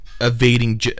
evading